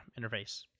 interface